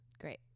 Great